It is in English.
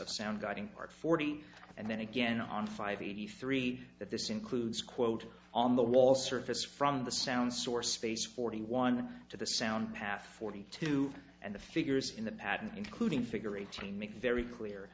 sound guiding part forty and then again on five eighty three that this includes quote on the wall surface from the sound source space forty one to the sound path forty two and the figures in the pattern including figure eighteen make very clear